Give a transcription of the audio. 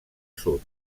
sud